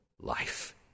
life